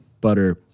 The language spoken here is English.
butter